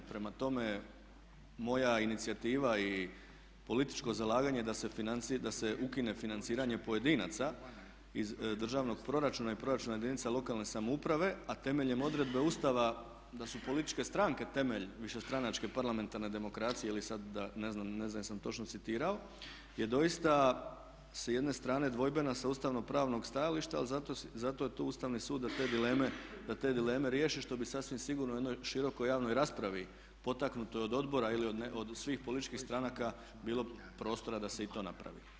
Prema tome, moja inicijativa i političko zalaganje da se ukine financiranje pojedinaca iz državnog proračuna i proračuna jedinica lokalne samouprave, a temeljem odredbe Ustava da su političke stranke temelj višestranačke parlamentarne demokracije ili sad da, ne znam jesam li točno citirao je doista sa jedne strane dvojbena, sa ustavno-pravnog stajališta ali zato je tu Ustavni sud da te dileme riješi što bi sasvim sigurno u jednoj širokoj javnoj raspravi potaknutoj od odbora ili od svih političkih stranaka bilo prostora da se i to napravi.